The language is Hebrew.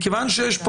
מכיוון שאנחנו